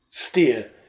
Steer